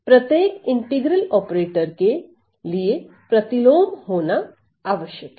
प्रत्येक integral operator के लिए प्रतिलोम होना आवश्यक है